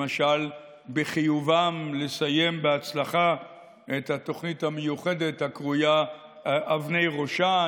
למשל בחיובם לסיים בהצלחה את התוכנית המיוחדת הקרויה "אבני ראשה".